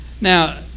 Now